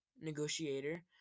Negotiator